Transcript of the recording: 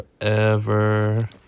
forever